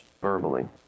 verbally